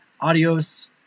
Adios